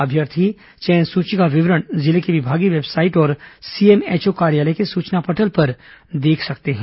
अभ्यर्थी चयन सूची का विवरण जिले के विभागीय वेबसाइट और सीएमएचओ कार्यालय के सूचना पटल पर देख सकते हैं